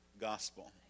gospel